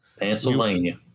pennsylvania